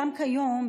גם כיום,